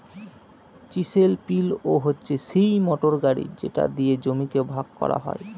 chisel plough হচ্ছে সিই motor গাড়ি যেটা দিয়ে জমিকে ভাগ করা হয়